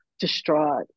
distraught